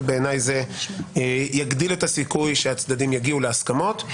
ובעיניי זה יגדיל את הסיכוי שהצדדים יגיעו להסכמות.